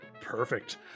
Perfect